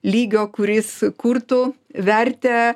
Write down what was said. lygio kuris kurtų vertę